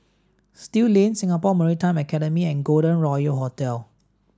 Still Lane Singapore Maritime Academy and Golden Royal Hotel